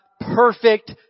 perfect